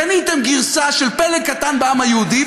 קניתם גרסה של פלג קטן בעם היהודי,